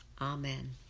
Amen